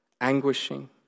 anguishing